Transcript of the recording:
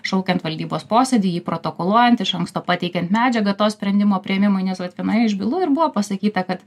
šaukiant valdybos posėdį jį protokoluojant iš anksto pateikiant medžiagą to sprendimo priėmimui nes vat vienoje iš bylų ir buvo pasakyta kad